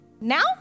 Now